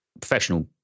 professional